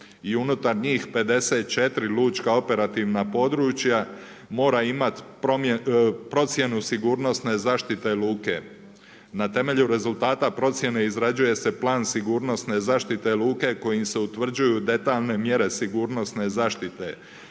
i unutar njih 54 lučka operativna područja, mora imati procjenu sigurnosne zaštite luke. Na temelju rezultata procjene izrađuje se plan sigurnosne zaštite luke kojim se utvrđuju detaljne mjere sigurnosne zaštite,